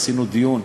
עשינו דיון,